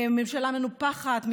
ממשלה מנופחת,